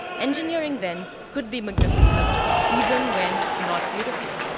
engineering then could be magnificent even when not beautiful,